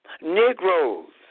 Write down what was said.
Negroes